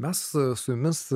mes su jumis